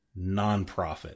nonprofit